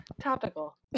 topical